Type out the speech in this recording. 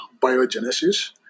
biogenesis